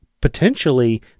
potentially